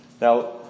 Now